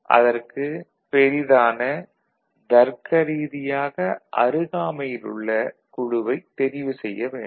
அதற்கு பெரிதான தருக்க ரீதியாக அருகாமையில் உள்ள குழுவைத் தெரிவு செய்ய வேண்டும்